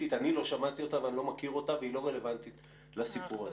אני לא שמעתי אותה ואני לא מכיר אותה והיא לא רלוונטית לסיפור הזה.